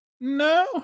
No